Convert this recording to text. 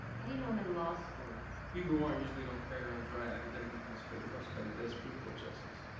how do you know i'm in law school? people who aren't usually don't carry around dry, academically constipated book about a dead supreme court justice.